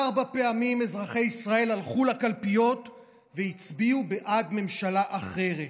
ארבע פעמים אזרחי ישראל הלכו לקלפיות והצביעו בעד ממשלה אחרת.